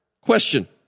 question